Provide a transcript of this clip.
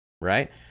right